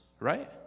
right